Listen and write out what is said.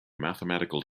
mathematical